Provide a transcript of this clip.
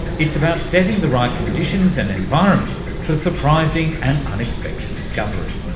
it's about setting the right conditions and environment for surprising and unexpected discovery.